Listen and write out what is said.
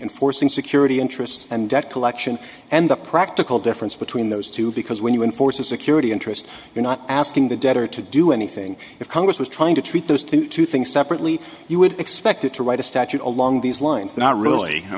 enforcing security interest and debt collection and the practical difference between those two because when you enforce a security interest you're not asking the debtor to do anything if congress was trying to treat those two two things separately you would expect it to write a statute along these lines not really i